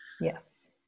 Yes